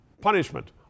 punishment